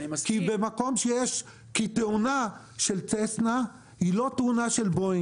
כי תאונה של צסנה היא לא תאונה של בואינג.